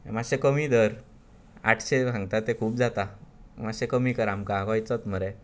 मातशें कमी धर आठशें सांगतां ते खूब जाता मातशें कमी कर आमकां गोंयचोच मरे